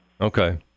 Okay